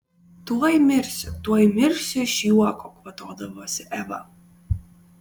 tuoj mirsiu tuoj mirsiu iš juoko kvatodavosi eva